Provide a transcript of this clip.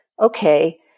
okay